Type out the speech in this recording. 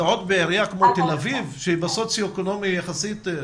ועוד בעיריית כמו תל אביב שהיא בסוציו אקונומי יחסית גבוה?